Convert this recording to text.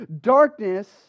darkness